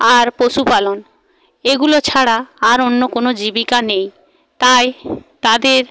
আর পশুপালন এগুলো ছাড়া আর অন্য কোনো জীবিকা নেই তাই তাদের